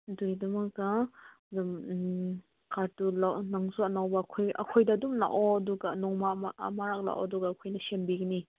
ꯑꯗꯨꯒꯤꯗꯃꯛꯇ ꯑꯗꯨꯝ ꯈꯔ ꯊꯨꯅ ꯅꯪꯁꯨ ꯑꯅꯧꯕ ꯑꯩꯈꯣꯏꯗ ꯑꯗꯨꯝ ꯂꯥꯛꯑꯣ ꯑꯗꯨꯒ ꯅꯣꯡꯃ ꯑꯃ ꯑꯃꯨꯔꯛ ꯂꯥꯛꯑꯣ ꯑꯗꯨꯒ ꯑꯩꯈꯣꯏꯅ ꯁꯦꯝꯕꯤꯒꯅꯤ